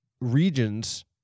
regions